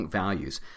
values